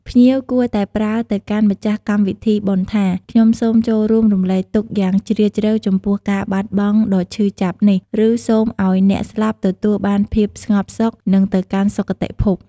ភ្ញៀវគួរតែប្រើទៅកាន់ម្ចាស់កម្មវិធីបុណ្យថា"ខ្ញុំសូមចូលរួមរំលែកទុក្ខយ៉ាងជ្រាលជ្រៅចំពោះការបាត់បង់ដ៏ឈឺចាប់នេះ" ឫ "សូមឲ្យអ្នកស្លាប់ទទួលបានភាពស្ងប់សុខ និងទៅកាន់សុគតិភព"។